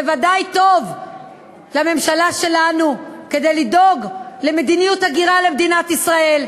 בוודאי טוב לממשלה שלנו כדי לדאוג למדיניות הגירה למדינת ישראל,